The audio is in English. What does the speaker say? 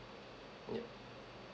yup